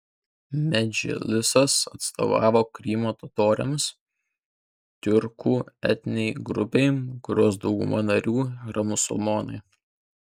medžlisas atstovavo krymo totoriams tiurkų etninei grupei kurios dauguma narių yra musulmonai